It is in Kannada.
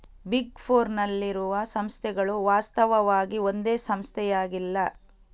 ಬಿಗ್ ಫೋರ್ನ್ ನಲ್ಲಿರುವ ಸಂಸ್ಥೆಗಳು ವಾಸ್ತವವಾಗಿ ಒಂದೇ ಸಂಸ್ಥೆಯಾಗಿಲ್ಲ